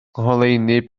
ngoleuni